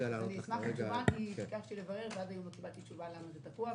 אשמח לקבל תשובה כי ביקשתי לברר ועד היום לא קיבלתי תשובה למה זה תקוע,